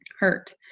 hurt